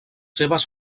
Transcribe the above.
seves